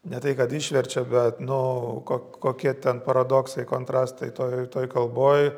ne tai kad išverčia be nu kok kokie ten paradoksai kontrastai toj toj kalboj